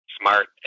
smart